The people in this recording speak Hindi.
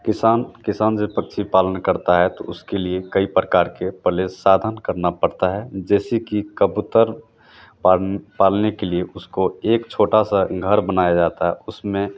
किसान किसना जो पक्षी पालन करता है तो उसके लिए कई परकार के पहले साधन करना पड़ता है जैसे कि कबूतर पाल पालने के लिए उसको एक छोटा सा घर बनाया जाता उसमें